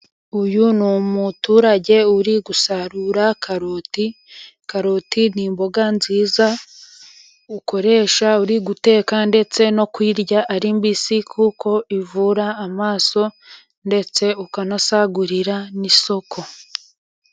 Uyu ni umuturage uri gusarura karoti, karoti ni imboga nziza ukoresha uri guteka ndetse no kuyirya ari mbisi, kuko ivura amaso ndetse ukanasagurira n'isoko.